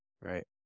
Right